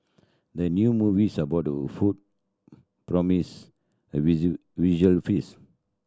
the new movies about food promise a visual feast